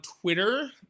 Twitter